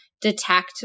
detect